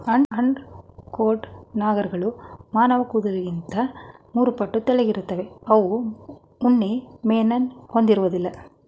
undercoat ನಾರ್ಗಳು ಮಾನವಕೂದ್ಲಿಗಿಂತ ಮೂರುಪಟ್ಟು ತೆಳ್ಳಗಿರ್ತವೆ ಅವು ಉಣ್ಣೆಮೇಣನ ಹೊಂದಿರೋದಿಲ್ಲ